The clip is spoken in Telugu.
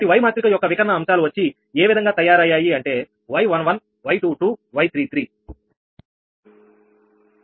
కనుక Y మాత్రిక యొక్క వికర్ణ అంశాలు వచ్చి ఏవిధంగా తయారయ్యాయి అంటే 𝑌11 𝑌22𝑌33